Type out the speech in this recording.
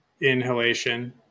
inhalation